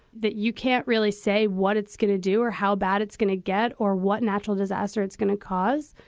that you can't really say what it's going to do or how bad it's going to get or what natural disaster it's going to cause.